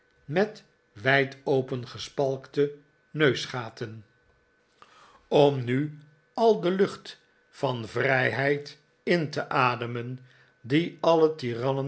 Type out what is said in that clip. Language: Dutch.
met wijd opengespalkte neusgaten in het land der vrijheid om mi al de lucht van vrijheid in te ademen die alien